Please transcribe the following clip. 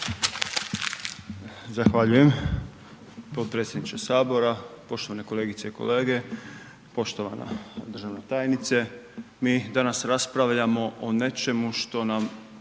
Zahvaljujem potpredsjedniče Sabora, poštovane kolegice i kolege, poštovana državna tajnice. Mi danas raspravljamo o nečemu što nam